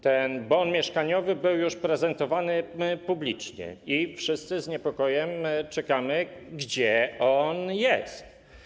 Ten bon mieszkaniowy był już prezentowany publicznie i wszyscy z niepokojem czekamy, pytamy, gdzie on jest.